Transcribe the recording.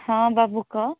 ହଁ ବାବୁ କହ